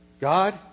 God